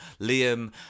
Liam